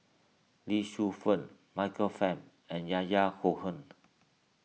Lee Shu Fen Michael Fam and Yahya Cohen